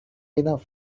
enough